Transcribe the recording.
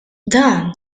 dan